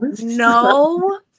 No